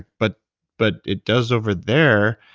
but but it does over there.